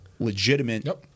legitimate